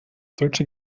deutsche